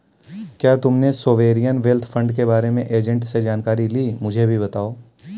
क्या तुमने sovereign wealth fund के बारे में एजेंट से जानकारी ली, मुझे भी बताओ